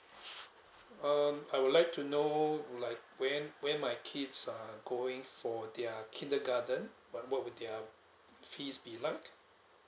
um I would like to know like when when my kids are going for their kindergarten but what will their fees be like